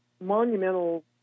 monumental